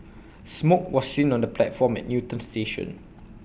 smoke was seen on the platform at Newton station